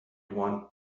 want